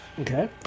Okay